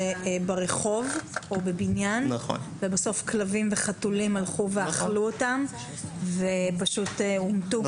ברחוב או בבניין ובסוף כלבים וחתולים הלכו ואכלו אותם ופשוט הומתו.